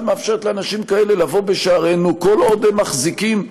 מאפשרת לאנשים כאלה לבוא בשערינו כל עוד הם מחזיקים בידיהם,